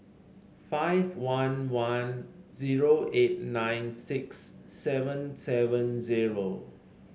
five one one zero eight nine six seven seven zero